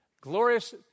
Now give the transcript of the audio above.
Glorious